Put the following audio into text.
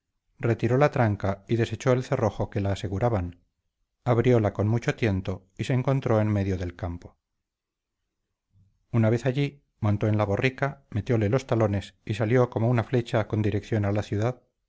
retiró la tranca y desechó el cerrojo que la aseguraban abrióla con mucho tiento y se encontró en medio del campo una vez allí montó en la borrica metióle los talones y salió como una flecha con dirección a la ciudad